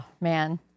man